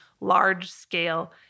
large-scale